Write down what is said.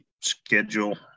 schedule